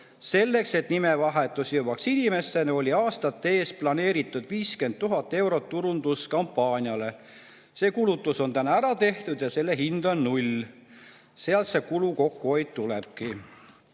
Selleks, et nimevahetus jõuaks inimesteni, oli aastate eest planeeritud 50 000 eurot turunduskampaaniale. See [töö] on ära tehtud ja selle hind on null. Sealt see kulu kokkuhoid tulebki.